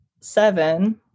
seven